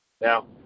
Now